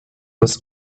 was